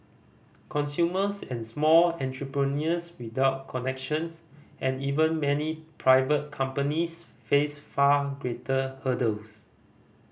consumers and small entrepreneurs without connections and even many private companies face far greater hurdles